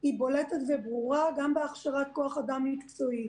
היא בולטת וברורה גם בהכשרת כוח אדם מקצועי.